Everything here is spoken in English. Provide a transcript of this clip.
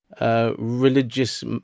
Religious